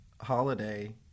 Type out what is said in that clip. holiday